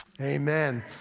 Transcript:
Amen